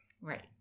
Right